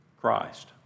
Christ